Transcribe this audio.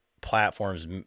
platforms